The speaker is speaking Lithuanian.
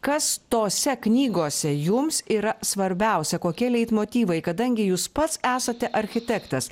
kas tose knygose jums yra svarbiausia kokie leitmotyvai kadangi jūs pats esate architektas